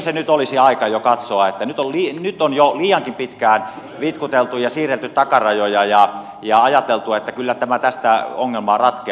eikö nyt olisi aika jo katsoa että nyt on jo liiankin pitkään vitkuteltu ja siirrelty takarajoja ja ajateltu että kyllä tämä ongelma tästä ratkeaa